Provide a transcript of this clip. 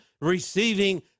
receiving